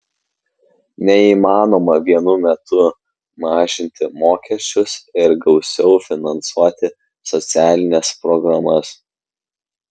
neįmanoma vienu metu mažinti mokesčius ir gausiau finansuoti socialines programas